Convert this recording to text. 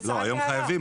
היום חייבים,